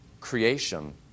creation